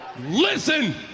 Listen